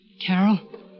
Carol